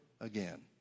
again